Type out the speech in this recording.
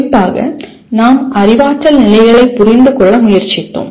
குறிப்பாக நாம் அறிவாற்றல் நிலைகளைப் புரிந்து கொள்ள முயற்சித்தோம்